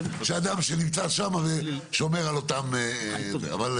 שהאדם שנמצא שם שומר על אותם בעלי חיים.